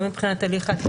גם מבחינת הליך ה-....